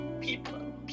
people